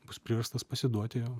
bus priverstas pasiduoti jo